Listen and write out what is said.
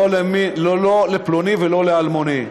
לא לפלוני ולא לאלמוני.